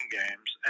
games